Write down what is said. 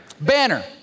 banner